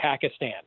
Pakistan